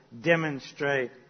demonstrate